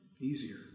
easier